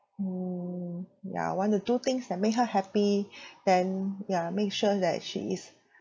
mm ya I want to do things that make her happy then ya make sure that she is